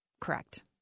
Correct